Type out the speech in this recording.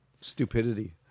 stupidity